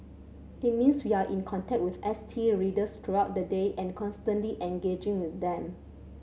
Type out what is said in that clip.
it means we are in contact with S T readers throughout the day and constantly engaging with them